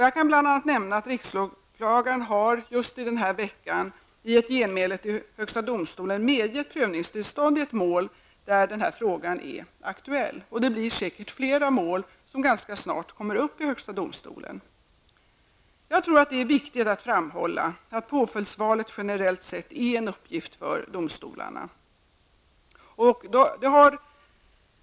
Jag kan bl.a. nämna att riksåklagaren just den här veckan i ett genmäle till högsta domstolen medgett prövningstillstånd i ett mål där denna fråga är aktuell. Det blir säkert flera mål som ganska snart kommer upp till högsta domstolen. Jag tycker att det är viktigt att framhålla att påföljdsvalet generellt sett är en uppgift för domstolarna.